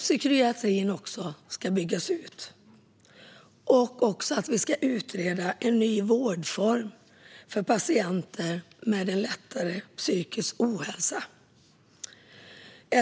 Psykiatrin ska också byggas ut, och vi ska utreda en ny vårdform för patienter med lättare psykisk ohälsa.